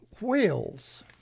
whales